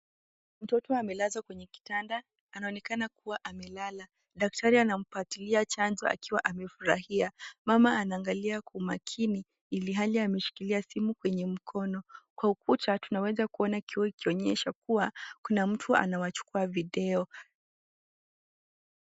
Mtoto amelazwa kwenye kitanda anaonekana kuwa amelala daktari anampatilia chanjo akiwa amefurahia mama anaangalia kwa makini ilhali ameshikilia simu kwenye mkono kwa ukuta tunaweza kuona kioo ikionyesha kuwa kuna mtu anawachukua video.